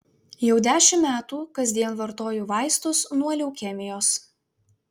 jau dešimt metų kasdien vartoju vaistus nuo leukemijos